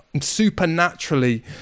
supernaturally